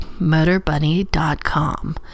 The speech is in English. MotorBunny.com